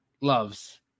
loves